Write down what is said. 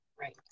Right